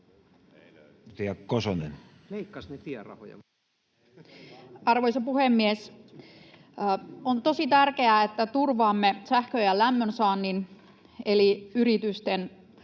Arvoisa puhemies! On tosi tärkeää, että turvaamme sähkön ja lämmön saannin eli yritysten